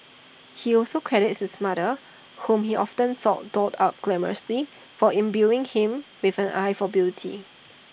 he also credits his mother whom he often saw dolled up glamorously for imbuing him with an eye for beauty